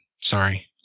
Sorry